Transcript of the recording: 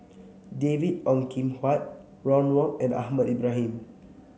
David Ong Kim Huat Ron Wong and Ahmad Ibrahim